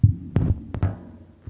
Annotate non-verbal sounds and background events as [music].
[noise]